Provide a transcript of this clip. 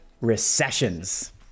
Recessions